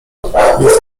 jest